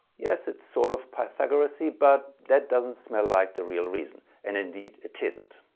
yes, it's sort of pythagorasy but that doesn't smell like the real reason and indeed it isn't.